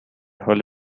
حال